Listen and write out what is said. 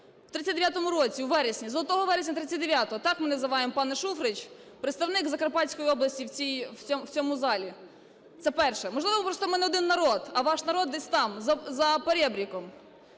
в 39-му році, у вересні, золотого вересня 39-го, так ми називаємо, пане Шуфрич, представник Закарпатської області в цьому залі. Це перше. Можливо, ми просто не один народ. А ваш народ десь там, за "порєбріком".